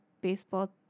baseball